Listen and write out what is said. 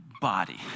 body